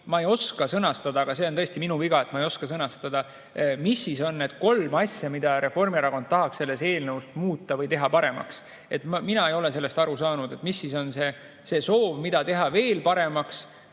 ma ei oska sõnastada – see on küll tõesti minu viga, et ma ei oska sõnastada –, mis siis on need kolm asja, mida Reformierakond tahaks selles eelnõus muuta, et teha see paremaks. Mina ei ole aru saanud, mis siis on nende soov, mida võiks teha veel paremaks.